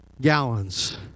gallons